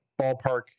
ballpark